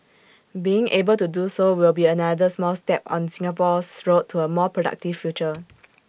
being able to do so will be another small step on Singapore's road to A more productive future